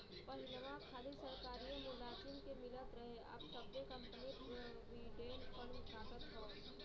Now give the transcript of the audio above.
पहिलवा खाली सरकारिए मुलाजिम के मिलत रहे अब सब्बे कंपनी प्रोविडेंट फ़ंड काटत हौ